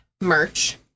merch